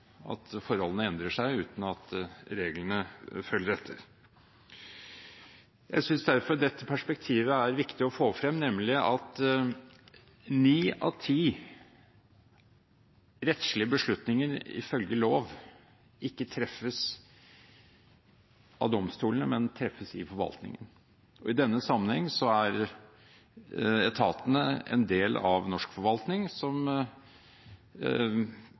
at forholdene endrer seg uten at reglene følger etter. Jeg synes derfor dette perspektivet er viktig å få frem, nemlig at ni av ti rettslige beslutninger ifølge lov ikke treffes av domstolene, men i forvaltningen. I denne sammenheng er etatene en del av norsk forvaltning, som